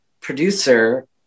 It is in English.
producer